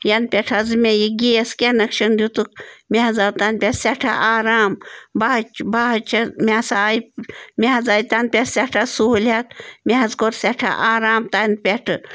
یَنہٕ پٮ۪ٹھ حظ مےٚ یہِ گیس کٮ۪نٮ۪کشَن دیُتُکھ مےٚ حظ آو تَنہٕ پٮ۪ٹھ سٮ۪ٹھاہ آرام بہٕ حظ بہٕ حظ چھَس مےٚ ہسا آے مےٚ حظ آے تَنہٕ پٮ۪ٹھ سٮ۪ٹھاہ سہوٗلیت مےٚ حظ کوٚر سٮ۪ٹھاہ آرام تَنہٕ پٮ۪ٹھٕ